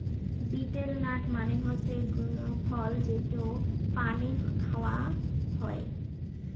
betel nut মানে হসে গুয়া ফল যেটো পানে খাওয়া হই